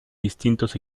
distintos